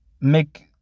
make